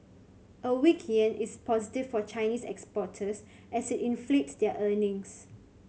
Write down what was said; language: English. a weak yen is positive for Chinese exporters as inflates their earnings